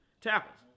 tackles